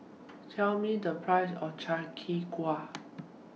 Tell Me The Price of Chi Kak Kuih